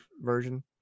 version